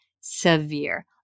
severe